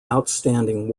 outstanding